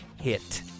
hit